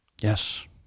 Yes